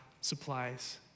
supplies